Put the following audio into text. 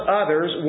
others